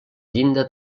llinda